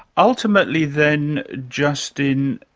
ultimately then justin,